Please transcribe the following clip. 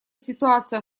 ситуация